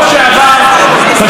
בשבוע שעבר,